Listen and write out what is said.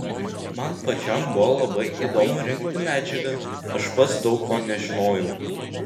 man pačiam buvo labai įdomu rinkti medžiagą aš pats daug ko nežinojau